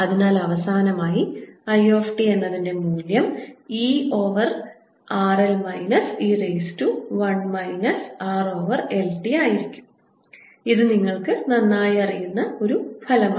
അതിനാൽ അവസാനമായി I t എന്നതിൻറെ മൂല്യം E over R 1 minus e raise to minus R over L t ആയിരിക്കും ഇത് നിങ്ങൾക്ക് നന്നായി അറിയാവുന്ന ഒരു ഫലമാണ്